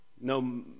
No